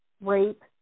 rape